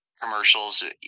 commercials